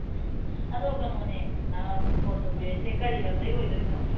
ꯎꯝ ꯎꯝ ꯑꯗꯣ ꯀꯩꯅꯣꯅꯦ ꯀꯣꯜ ꯇꯧꯕꯤꯔꯛꯏꯁꯦ ꯀꯔꯤ ꯂꯝꯗꯒꯤ ꯑꯣꯏꯒꯗꯣꯏꯅꯣ